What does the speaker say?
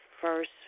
first